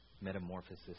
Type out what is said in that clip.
metamorphosis